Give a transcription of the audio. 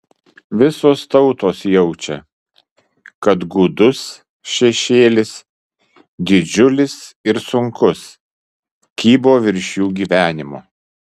visos tautos jaučia kad gūdus šešėlis didžiulis ir sunkus kybo virš jų gyvenimo